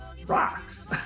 rocks